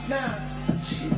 Nah